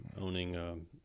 owning